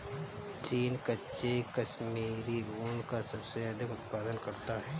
चीन कच्चे कश्मीरी ऊन का सबसे अधिक उत्पादन करता है